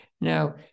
Now